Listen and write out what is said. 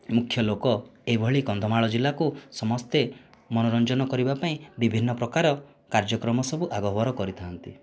ମୁଖ୍ୟ ଲୋକ ଏଭଳି କନ୍ଧମାଳ ଜିଲ୍ଲାକୁ ସମସ୍ତେ ମନୋରଞ୍ଜନ କରିବା ପାଇଁ ବିଭିନ୍ନ ପ୍ରକାର କାର୍ଯ୍ୟକ୍ରମ ସବୁ ଆଗଭର କରିଥାନ୍ତି